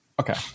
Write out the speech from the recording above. okay